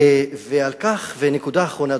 ונקודה אחרונה,